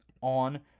on